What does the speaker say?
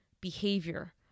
behavior